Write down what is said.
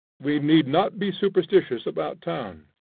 we need not be superstitious about towns,